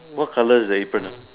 what colour is the apron ah